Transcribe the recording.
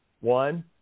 one